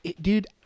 Dude